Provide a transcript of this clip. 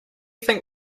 think